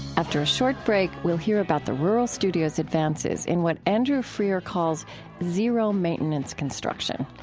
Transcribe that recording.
after a short break, we'll hear about the rural studio's advances in what andrew freear calls zero-maintenance construction.